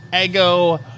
ego